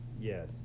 yes